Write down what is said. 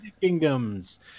Kingdoms